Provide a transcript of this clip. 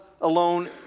alone